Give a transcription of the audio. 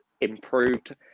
improved